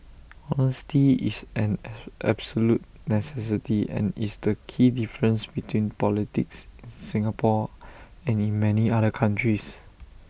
honesty is an absolute necessity and is the key difference between politics in Singapore and in many other countries